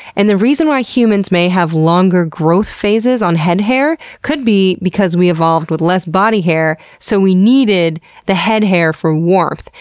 and the reason why humans may have longer growth phases on head hair could be because we evolved with less body hair, so we needed the head hair for warmth,